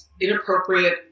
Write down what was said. inappropriate